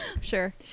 Sure